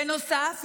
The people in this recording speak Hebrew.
בנוסף,